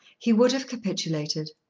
he would have capitulated.